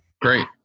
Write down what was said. Great